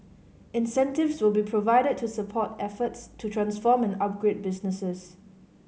incentives will be provided to support efforts to transform and upgrade businesses